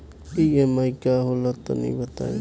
EMI का होला तनि बताई?